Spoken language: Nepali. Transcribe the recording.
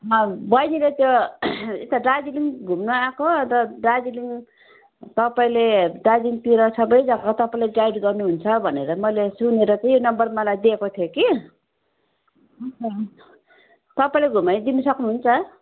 बैनी र त्यो यता दार्जिलिङ घुम्न आएको यता दार्जिलिङ तपाईँले दार्जिलिङतिर सबै जग्गा तपाईँले गाइड गर्नुहुन्छ भनेर मैले सुनेर चाहिँ यो नम्बर मलाई दिएको थियो कि तपाईँले घुमाइदिन सक्नुहुन्छ